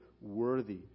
worthy